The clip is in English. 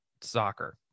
soccer